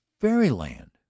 fairyland